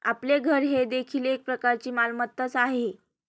आपले घर हे देखील एक प्रकारची मालमत्ताच आहे